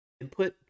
input